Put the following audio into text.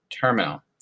terminal